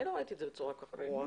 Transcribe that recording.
אני לא ראיתי את זה בצורה כל כך ברורה.